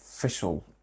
official